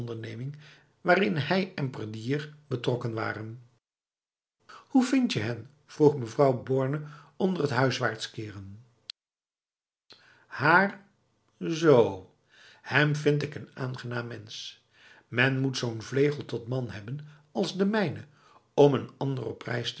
waarin hij en prédier betrokken waren hoe vind je hen vroeg mevrouw borne onder t huiswaarts keren haarb z hem vind ik een aangenaam mens men moet zo'n vlegel tot man hebben als de mijne om een ander op prijs